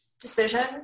decision